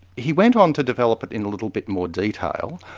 he went on to develop it in a little bit more detail,